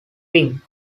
wing